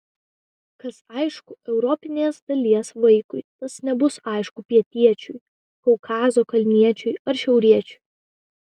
kas aišku europinės dalies vaikui tas nebus aišku pietiečiui kaukazo kalniečiui ar šiauriečiui